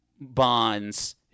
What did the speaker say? Bonds